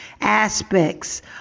aspects